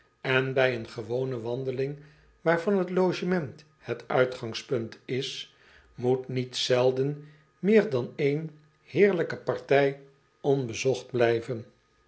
en bij een gewone wandeling waarvan het logement het uitgangspunt is moet niet zelden meer dan één heerlijke partij onbezocht blijven